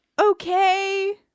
okay